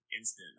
instant